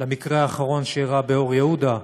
למקרה האחרון שאירע באור יהודה,